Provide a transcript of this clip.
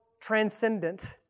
transcendent